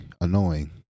annoying